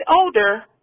older